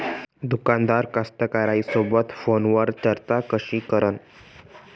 दुकानदार कास्तकाराइसोबत फोनवर चर्चा कशी करन?